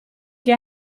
che